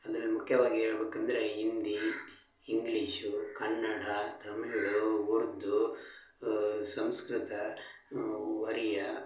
ಅದ್ರಲ್ಲಿ ಮುಖ್ಯವಾಗಿ ಹೇಳ್ಬೇಕಂದ್ರೆ ಹಿಂದಿ ಇಂಗ್ಲೀಷು ಕನ್ನಡ ತಮಿಳು ಉರ್ದು ಸಂಸ್ಕ್ರತ ಒರಿಯಾ